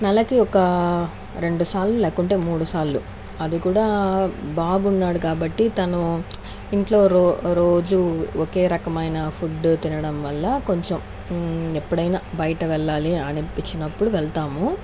నెలకి ఒక రెండుసార్లు లేకుంటే మూడుసార్లు అది కూడా బాబు ఉన్నాడు కాబట్టి తను ఇంట్లో రోజు ఒకే రకమైన ఫుడ్డు తినడం వల్ల కొంచెం ఎప్పుడైనా బయటికి వెళ్లాలి అనిపించినప్పుడు వెళ్తాము